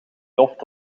loft